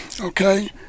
okay